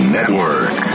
Network